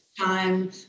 time